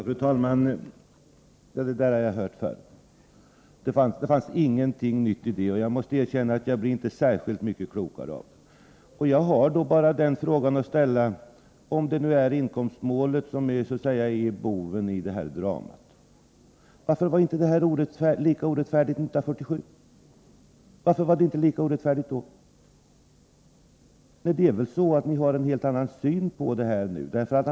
Fru talman! Det där har jag hört förr. Det fanns ingenting nytt i det, och jag måste erkänna att jag inte blir särskilt mycket klokare av det. Jag har bara att ställa frågan: Om det nu är så att det är inkomstmålet som så att säga är boven i dramat, varför var inte det här lika orättfärdigt 1977? Det är väl så att ni har en helt annan syn på jordbrukspolitiken nu.